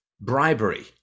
bribery